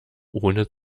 ohne